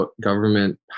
government